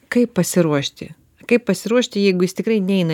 kaip pasiruošti kaip pasiruošti jeigu jis tikrai neina